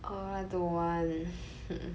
oh I don't want